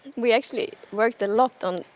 we actually worked a lot on,